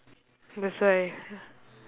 that's why